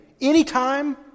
anytime